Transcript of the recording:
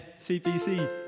CPC